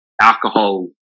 alcohol